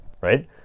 right